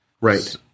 Right